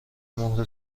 مهر